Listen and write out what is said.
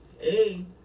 Hey